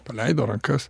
paleido rankas